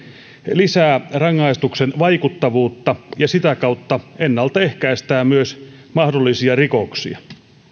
lisää rangaistuksen vaikuttavuutta ja sitä kautta ennalta ehkäistään myös mahdollisia rikoksia